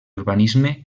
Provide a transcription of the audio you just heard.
urbanisme